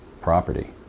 property